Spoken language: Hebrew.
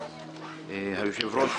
היושב-ראש,